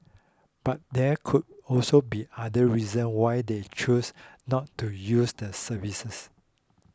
but there could also be other reasons why they choose not to use the services